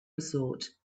resort